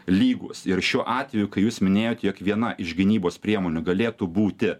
lygūs ir šiuo atveju kai jūs minėjot jog viena iš gynybos priemonių galėtų būti